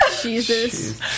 Jesus